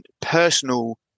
personal